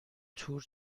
تور